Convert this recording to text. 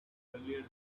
earlier